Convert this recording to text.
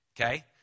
okay